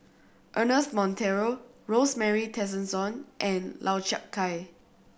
Ernest Monteiro Rosemary Tessensohn and Lau Chiap Khai